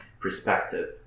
perspective